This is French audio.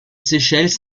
séchelles